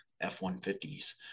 F-150s